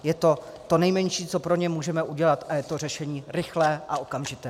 Je to to nejmenší, co pro ně můžeme udělat, a je to řešení rychlé a okamžité.